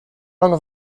long